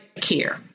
care